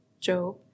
Job